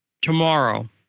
tomorrow